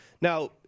now